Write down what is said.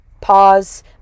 Pause